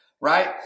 right